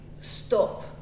stop